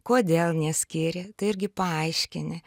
kodėl neskyrė tai irgi paaiškini